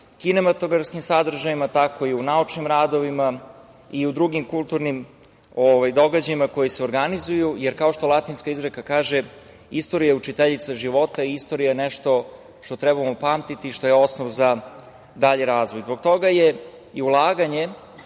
kinematografskim sadržajima, tako i u naučnim radovima, i u drugim kulturnim događajima koji se organizuju, jer kao što latinska izreka kaže: „Istorija je učiteljica života.“ Istorija je nešto što trebamo pamtiti i što je osnov za dalji razvoj. Zbog toga je i ulaganje